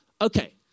okay